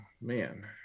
man